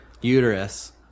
uterus